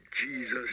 Jesus